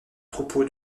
troupeau